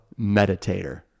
meditator